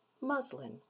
Muslin